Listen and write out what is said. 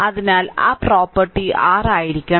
അതിനാൽ ആ property r ആയിരിക്കണം